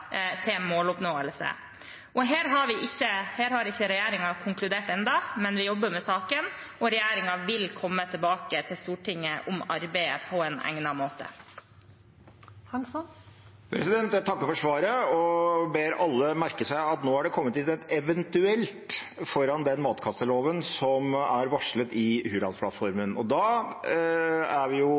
til måloppnåelse. Her har ikke regjeringen konkludert ennå, men vi jobber med saken, og regjeringen vil komme tilbake til Stortinget om arbeidet på egnet måte. Jeg takker for svaret og ber alle merke seg at nå har det kommet inn «eventuell» foran den matkasteloven som er varslet i Hurdalsplattformen. Da er vi